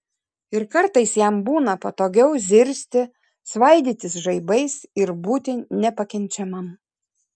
ir kartais jam būna patogiau zirzti svaidytis žaibais ir būti nepakenčiamam